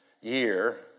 year